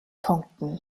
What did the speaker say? punkten